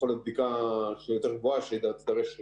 יכולת בדיקה יותר גבוהה שתידרש בחורף.